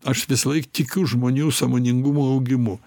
aš visąlaik tikiu žmonių sąmoningumo augimu